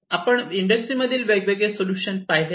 आपण इंडस्ट्रीमधील वेगवेगळे सोल्युशन पाहिलेत